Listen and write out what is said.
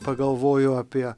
pagalvoju apie